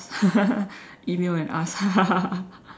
email and ask